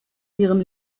ihrem